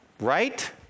Right